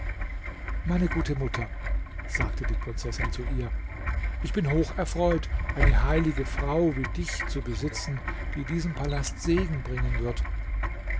meine gute mutter sagte die prinzessin zu ihr ich bin hoch erfreut eine heilige frau wie dich zu besitzen die diesem palast segen bringen wird